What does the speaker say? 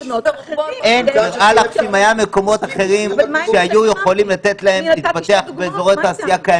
אבל זה מה שאמרתי, נתתי שתי דוגמאות.